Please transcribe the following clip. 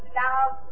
love